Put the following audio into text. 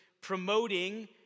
promoting